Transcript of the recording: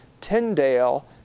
Tyndale